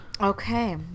okay